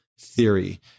theory